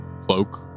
cloak